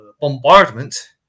bombardment